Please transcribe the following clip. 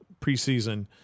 preseason